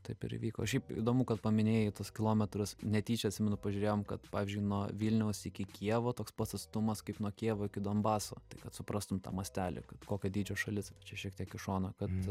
taip ir įvyko šiaip įdomu kad paminėjai tuos kilometrus netyčia atsimenu pažiūrėjom kad pavyzdžiui nuo vilniaus iki kijevo toks pats atstumas kaip nuo kijevo iki donbaso tai kad suprastum tą mastelį kad kokio dydžio šalis ar čia šiek tiek iš šono kad